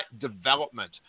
development